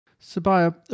Sabaya